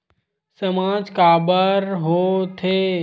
सामाज काबर हो थे?